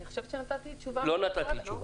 אני חושבת שנתתי תשובה מאוד --- לא נתת תשובה.